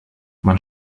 man